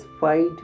fight